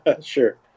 Sure